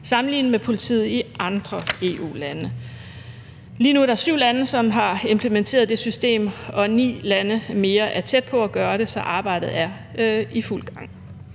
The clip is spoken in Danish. sammenlignet med politiet i andre EU-lande. Lige nu er der syv lande, som har implementeret det system, og ni lande mere er tæt på at gøre det, så arbejdet er i fuld gang.